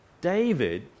David